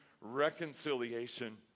Reconciliation